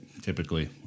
typically